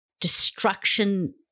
destruction